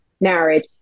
marriage